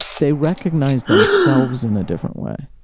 they recognize themselves in a different way.